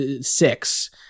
six